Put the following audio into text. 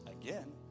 again